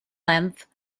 length